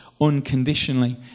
unconditionally